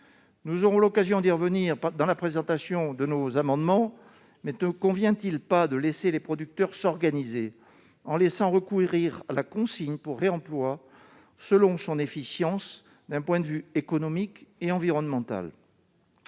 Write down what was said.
Nous aurons l'occasion d'y revenir en présentant nos amendements, mais ne conviendrait-il pas de laisser les producteurs s'organiser et faire le choix de la consigne pour réemploi si elle est efficiente d'un point de vue économique et environnemental ?